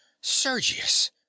Sergius